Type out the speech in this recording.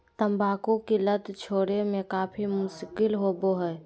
तंबाकू की लत छोड़े में काफी मुश्किल होबो हइ